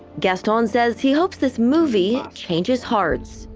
gaston says he hopes this movie changes hearts.